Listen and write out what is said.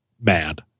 mad